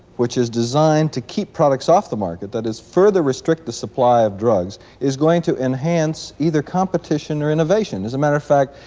which is designed to keep products off the market, that is, further restrict the supply of drugs is going to enhance either competition or innovation as a matter of fact,